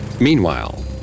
Meanwhile